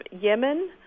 Yemen